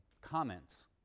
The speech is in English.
comments